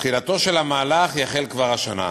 המהלך יחל כבר השנה,